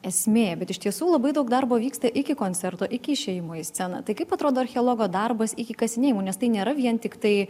esmė bet iš tiesų labai daug darbo vyksta iki koncerto iki išėjimo į sceną tai kaip atrodo archeologo darbas iki kasinėjimų nes tai nėra vien tiktai